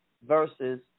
versus